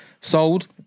sold